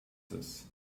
this